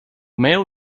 mail